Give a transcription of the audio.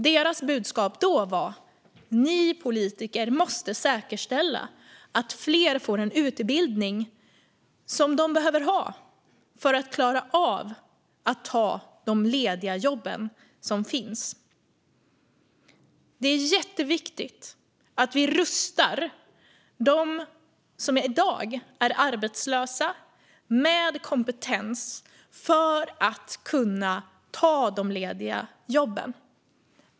Deras budskap då var: Ni politiker måste säkerställa att fler får den utbildning som de behöver för att klara av att ta de lediga jobb som finns. Det är jätteviktigt att vi rustar dem som i dag är arbetslösa med kompetens för att de ska kunna ta de lediga jobben.